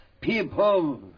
people